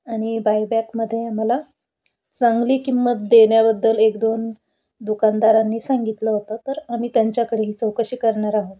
आणि बायबॅकमध्ये आम्हाला चांगली किंमत देण्याबद्दल एक दोन दुकानदारांनी सांगितलं हो तं तर आम्ही त्यांच्याकडेही चौकशी करणार आहोत